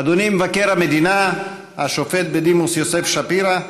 אדוני מבקר המדינה השופט בדימוס יוסף שפירא,